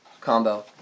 combo